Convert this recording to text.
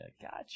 gotcha